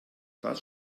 das